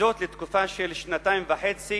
וזאת לתקופה של שנתיים וחצי,